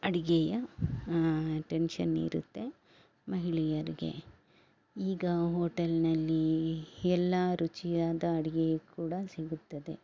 ಅಡಿಗೆಯ tension ಇರುತ್ತೆ ಮಹಿಳೆಯರಿಗೆ ಈಗ ಹೋಟೆಲ್ನಲ್ಲಿ ಎಲ್ಲ ರುಚಿಯಾದ ಅಡಿಗೆ ಕೂಡ ಸಿಗುತ್ತದೆ